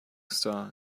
star